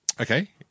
okay